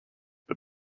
but